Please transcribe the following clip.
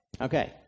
Okay